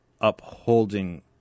upholding